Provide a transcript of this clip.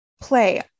play